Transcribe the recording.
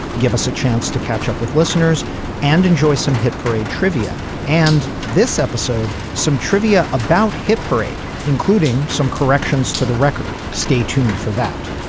give us a chance to catch up with listeners and enjoy some hit parade trivia. and this episode. some trivia about hit parade, including some corrections to the record. stay tuned for that.